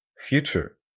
future